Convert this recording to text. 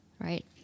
right